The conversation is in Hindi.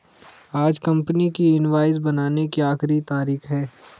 आज कंपनी की इनवॉइस बनाने की आखिरी तारीख है